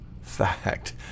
fact